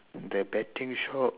the betting shop